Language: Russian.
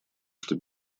что